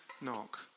knock